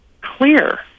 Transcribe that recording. clear